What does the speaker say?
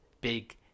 big